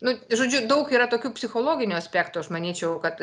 nu žodžiu daug yra tokių psichologinių aspektų aš manyčiau kad